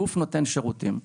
גוף נותן שירותים.